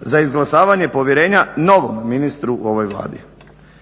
za izglasavanje povjerenja novom ministru u ovoj Vladi.